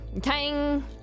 Tang